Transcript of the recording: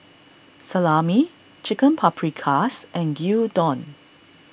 Salami Chicken Paprikas and Gyudon